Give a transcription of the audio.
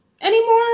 anymore